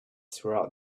throughout